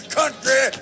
country